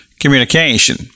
communication